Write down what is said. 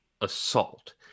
assault